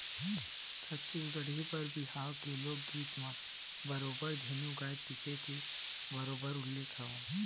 छत्तीसगढ़ी बर बिहाव के लोकगीत म बरोबर धेनु गाय टीके के बरोबर उल्लेख हवय